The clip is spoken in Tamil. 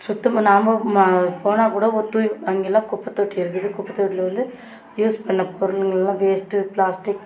சுத்தமாக நாம் ம போனால் கூட ஒரு தூய் அங்கெல்லாம் குப்பை தொட்டி இருக்குது குப்பை தொட்டியில வந்து யூஸ் பண்ண பொருளுங்கள் எல்லாம் வேஸ்ட்டு ப்ளாஸ்டிக்